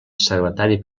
secretari